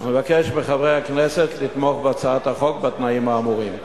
אבקש מחברי הכנסת לתמוך בהצעת החוק בתנאים האמורים.